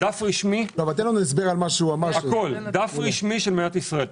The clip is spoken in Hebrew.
אני מראה לכם דף רשמי של מדינת ישראל.